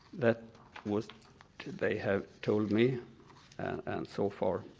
that was they have told me and so forth.